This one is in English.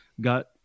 got